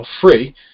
free